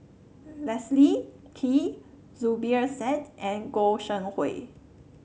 Leslie Kee Zubir Said and Goi Seng Hui